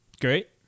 Great